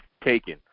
Taken